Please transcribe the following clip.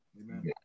Amen